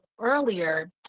earlier